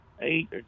eight